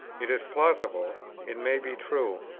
it is plausible, it may be true.